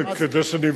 מה זה.